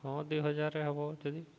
ହଁ ଦି ହଜାରାରେ ହବ ଯଦି